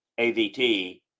AVT